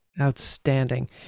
Outstanding